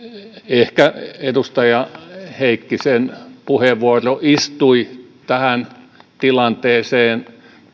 ehkä edustaja heikkisen puheenvuoro istui tähän tilanteeseen